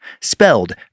Spelled